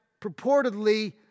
purportedly